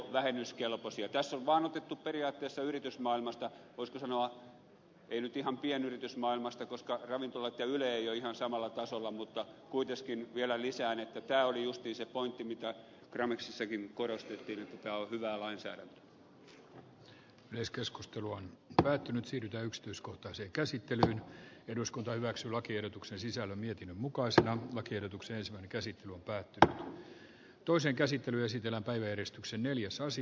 tässä on vaan otettu periaatteessa yritysmaailmasta voisiko sanoa ei nyt ihan pienyritysmaailmasta koska ravintolat ja yle eivät ole ihan samalla tasolla mutta kuitenkin vielä lisään että tämä oli juuri se pointti mitä gramexissakin korostettiin että tämä on päättynyt sillä yksityiskohtaisen käsittelyn eduskunta hyväksyi lakiehdotuksen sisällön mietinnön mukaiset lakiehdotukseensa käsi päätyä toiseen käsittelyyn sipilä päiväjärjestyksen hyvää lainsäädäntöä